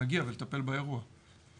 להגיע ולטפל באירוע.